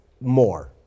more